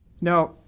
Now